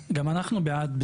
אומרת שיכול להיות שיש